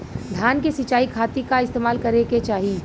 धान के सिंचाई खाती का इस्तेमाल करे के चाही?